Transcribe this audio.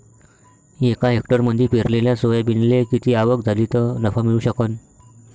एका हेक्टरमंदी पेरलेल्या सोयाबीनले किती आवक झाली तं नफा मिळू शकन?